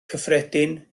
cyffredin